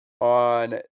on